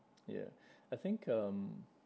yeah I think um